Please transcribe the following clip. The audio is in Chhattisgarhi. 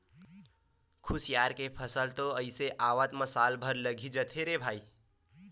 खुसियार के फसल तो अइसे आवत म साल भर तो लगे ही जाथे रे भई